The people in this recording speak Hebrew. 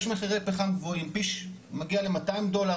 יש מחירי פחם גבוהים, מגיע ל-200 דולר.